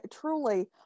truly